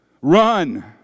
Run